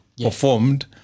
performed